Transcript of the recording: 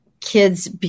kids